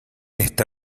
está